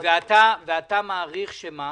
ואתה מעריך שמה?